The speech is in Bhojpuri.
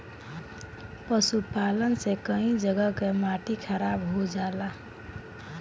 पशुपालन से कई जगह कअ माटी खराब हो जाला